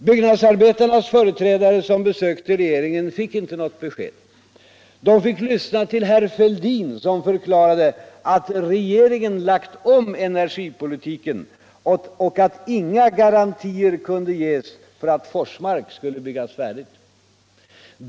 Byggnadsarbetarnas företrädare som besökte regeringen fick inte något besked. De fick Iyssna till herr Fälldin som förklarade att regeringen lagt om energipolitiken och att inga garantier kunde ges för att Forsmark skulle byggas färdigt.